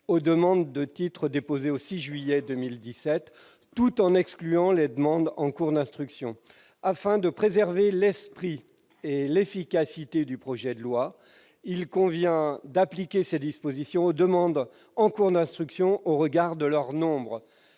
aux demandes de titre déposées au 6 juillet 2017, en excluant les demandes en cours d'instruction. Afin de préserver l'esprit et l'efficacité du projet de loi, il convient d'appliquer ces dispositions aux demandes en cours d'instruction, eu égard à leur nombre-